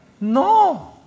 No